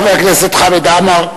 חבר הכנסת חמד עמאר,